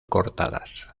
cortadas